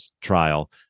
trial